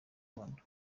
gakondo